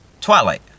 Twilight